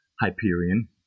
hyperion